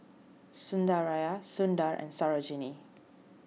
Sundaraiah Sundar and Sarojini